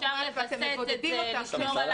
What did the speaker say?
אפשר לווסת את זה, לשמור על